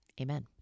Amen